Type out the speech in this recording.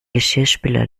geschirrspüler